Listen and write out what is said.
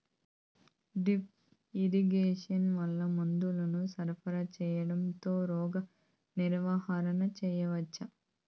Drip irrigation వల్ల మందులను సరఫరా సేయడం తో రోగ నివారణ చేయవచ్చా?